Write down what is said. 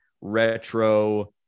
retro